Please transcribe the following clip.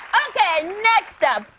okay. next up.